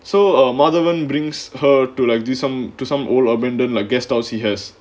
so madhavan brings her to like do some to some old abandoned a guesthouse he has